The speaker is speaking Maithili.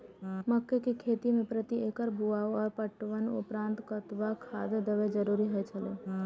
मक्का के खेती में प्रति एकड़ बुआई आ पटवनक उपरांत कतबाक खाद देयब जरुरी होय छल?